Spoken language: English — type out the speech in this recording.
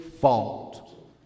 fault